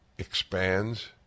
Expands